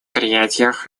третьих